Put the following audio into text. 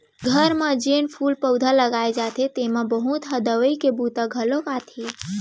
घर म जेन फूल पउधा लगाए जाथे तेमा बहुत ह दवई के बूता घलौ आथे